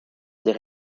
des